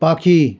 পাখি